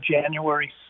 January